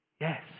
Yes